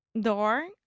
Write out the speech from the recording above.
door